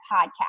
podcast